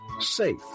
safe